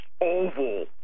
oval